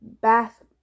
bath